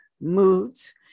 moods